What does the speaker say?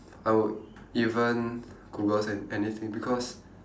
I would even Google an~ anything because